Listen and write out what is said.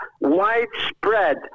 widespread